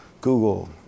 Google